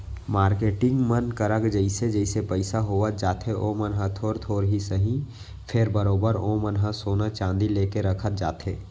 marketing मन करा जइसे जइसे पइसा होवत जाथे ओमन ह थोर थोर ही सही फेर बरोबर ओमन ह सोना चांदी लेके रखत जाथे